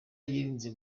yirinze